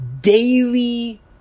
daily